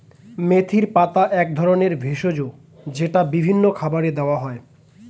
মেথির পাতা এক ধরনের ভেষজ যেটা বিভিন্ন খাবারে দেওয়া হয়